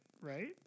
right